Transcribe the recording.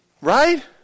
right